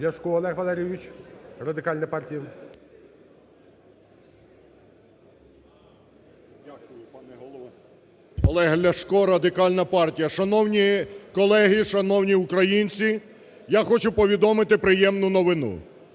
Ляшко Олег Валерійович, Радикальна партія. 10:43:36 ЛЯШКО О.В. Олег Ляшко, Радикальна партія. Шановні колеги, шановні українці! Я хочу повідомити приємну новину.